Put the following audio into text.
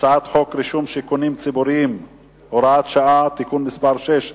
שהצעת חוק רישום שיכונים ציבוריים (הוראת שעה) (תיקון מס' 6),